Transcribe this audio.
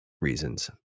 reasons